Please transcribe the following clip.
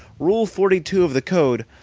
rule forty two of the code,